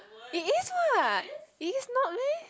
it is what it is not meh